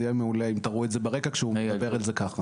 זה יהיה מעולה אם תראו את זה ברקע כשהוא מדבר על זה ככה.